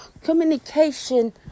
communication